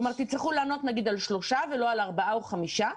כלומר תצטרכו לענות על שלושה נושאים ולא על ארבעה או חמישה.